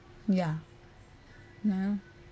ya !huh!